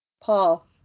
Paul